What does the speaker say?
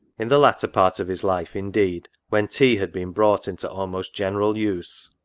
in the latter part of his life, indeed, when tea had been brought into almost general use,